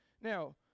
Now